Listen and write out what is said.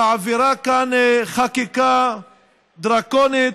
שמעבירה כאן חקיקה דרקונית,